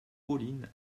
pauline